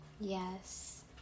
Yes